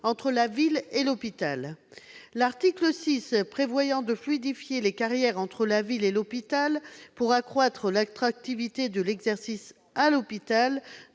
entre la ville et l'hôpital. L'article 6 prévoit de fluidifier les carrières entre la ville et l'hôpital pour accroître l'attractivité de l'exercice à l'hôpital